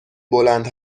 بلند